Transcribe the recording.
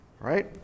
Right